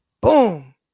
Boom